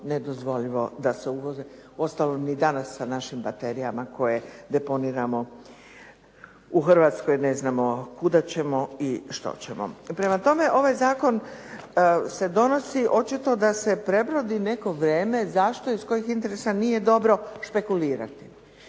nedozvoljivo da se uvozi. Uostalom ni danas sa našim baterijama koje deponiramo u Hrvatskoj ne znamo kuda ćemo i što ćemo. Prema tome, ovaj zakon se donosi očito da se prebrodi neko vrijeme zašto i iz kojih interesa nije dobro špekulirati.